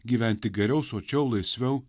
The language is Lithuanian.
gyventi geriau sočiau laisviau